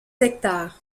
hectares